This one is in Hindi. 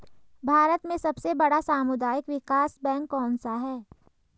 भारत में सबसे बड़ा सामुदायिक विकास बैंक कौनसा है?